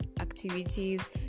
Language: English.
activities